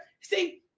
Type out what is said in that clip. See